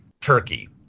Turkey